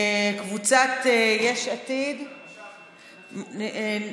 קבוצת יש עתיד, משכנו.